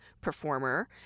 performer